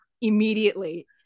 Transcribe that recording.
immediately